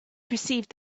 perceived